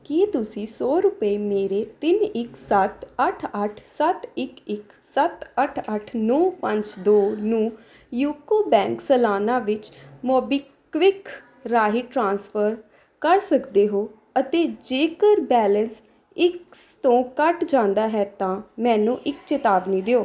ਕੀ ਤੁਸੀਂਂ ਸੌ ਰੁਪਏ ਮੇਰੇ ਤਿੰਨ ਇੱਕ ਸੱਤ ਅੱਠ ਅੱਠ ਸੱਤ ਇੱਕ ਇੱਕ ਸੱਤ ਅੱਠ ਅੱਠ ਨੌਂ ਪੰਜ ਦੋ ਨੂੰ ਯੂਕੋ ਬੈਂਕ ਸਲਾਨਾ ਵਿੱਚ ਮੋਬੀਕਵਿਕ ਰਾਹੀਂ ਟ੍ਰਾਂਸਫਰ ਕਰ ਸਕਦੇ ਹੋ ਅਤੇ ਜੇਕਰ ਬੈਲੇਂਸ ਇਸ ਤੋਂ ਘੱਟ ਜਾਂਦਾ ਹੈ ਤਾਂ ਮੈਨੂੰ ਇੱਕ ਚੇਤਾਵਨੀ ਦਿਓ